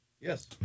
Yes